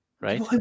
Right